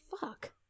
fuck